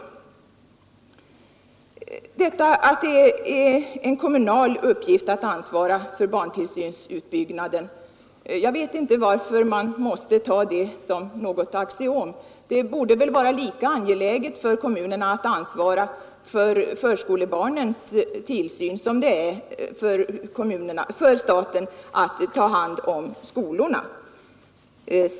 Jag vet inte varför det måste tas som ett axiom att det är en kommunal uppgift att ansvara för barntillsynsutbyggnaden, men det borde vara lika angeläget för kommunerna att ansvara för förskolebarnens tillsyn som det är för staten att ta hand om skolorna.